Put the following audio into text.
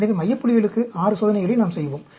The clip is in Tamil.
எனவே மைய புள்ளிகளுக்கு 6 சோதனைகளை நாம் செய்வோம்